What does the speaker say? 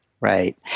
Right